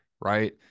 right